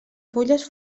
fulles